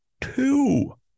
Two